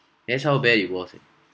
that's how bad it was eh